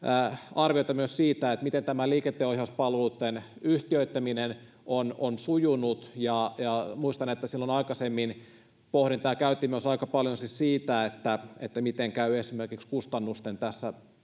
arviota myös siitä miten tämä liikenteenohjauspalveluitten yhtiöittäminen on on sujunut muistan että silloin aikaisemmin pohdintoja käytiin aika paljon myös siitä miten käy esimerkiksi kustannusten